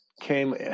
came